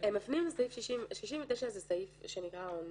סעיף 69 זה סעיף עונשין,